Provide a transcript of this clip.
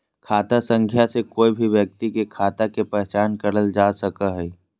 खाता संख्या से कोय भी व्यक्ति के खाता के पहचान करल जा सको हय